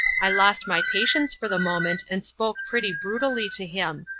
i lost my patience for the moment, and spoke pretty brutally to him.